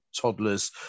toddlers